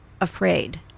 afraid